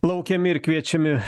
laukiami ir kviečiami